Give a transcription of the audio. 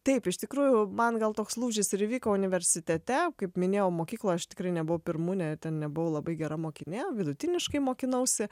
taip iš tikrųjų man gal toks lūžis ir įvyko universitete kaip minėjau mokykloj aš tikrai nebuvau pirmūnė ten nebuvau labai gera mokinė vidutiniškai mokinausi